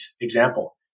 example